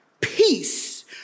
peace